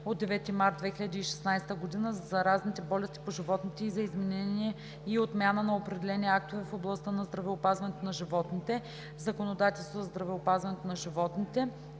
от 9 март 2016 г. за заразните болести по животните и за изменение и отмяна на определени актове в областта на здравеопазването на животните (Законодателство за здравеопазването на животните)